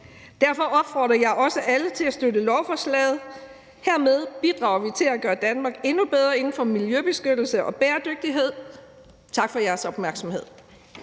Derfor opfordrer jeg også alle til at støtte lovforslaget. Dermed bidrager vi til at gøre Danmark endnu bedre i forhold tilmiljøbeskyttelse og bæredygtighed. Tak for jeres opmærksomhed.